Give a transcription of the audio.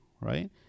right